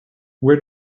where